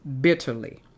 bitterly